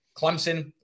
Clemson